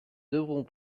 devront